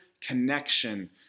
connection